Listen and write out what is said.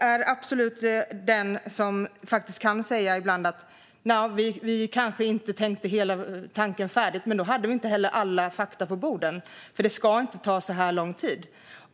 är absolut den som faktiskt ibland kan säga att vi kanske inte tänkte hela tanken färdigt. Men då hade vi inte heller alla fakta på bordet. Det ska nämligen inte ta så här lång tid.